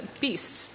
beasts